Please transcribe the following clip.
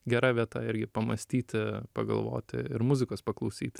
gera vieta irgi pamąstyti pagalvoti ir muzikos paklausyt